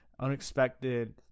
unexpected